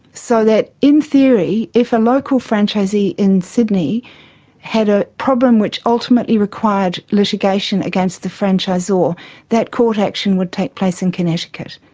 so that in theory if a local franchisee in sydney had a problem which ultimately required litigation against the franchisor, that that court action would take place in connecticut.